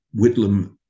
Whitlam